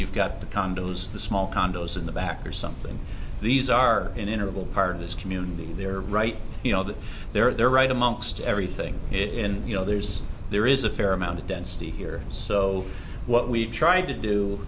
you've got the condos the small condos in the back or something these are an interval part of this community they're right you know that they're right amongst everything in you know there's there is a fair amount of density here so what we try to do